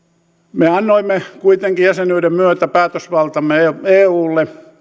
me annoimme kuitenkin jäsenyyden myötä päätösvaltamme eulle